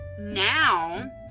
now